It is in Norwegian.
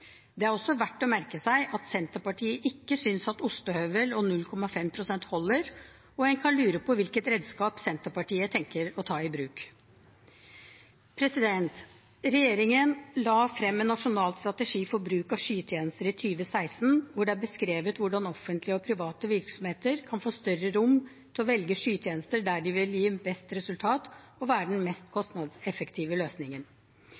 Det er også verdt å merke seg at Senterpartiet ikke synes at ostehøvel og 0,5 pst. holder, og en kan lure på hvilket redskap Senterpartiet tenker å ta i bruk. Regjeringen la i 2016 frem en nasjonal strategi for bruk av skytjenester, hvor det er beskrevet hvordan offentlige og private virksomheter kan få større rom til å velge skytjenester der det vil gi best resultat og vil være den mest kostnadseffektive løsningen.